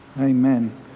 Amen